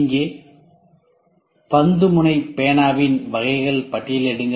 இங்கே பந்து முனை பேனாவின் வகைகளை பட்டியலிடுங்கள்